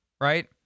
right